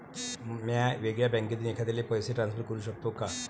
म्या वेगळ्या बँकेतून एखाद्याला पैसे ट्रान्सफर करू शकतो का?